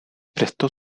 prestó